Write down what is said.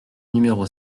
numéro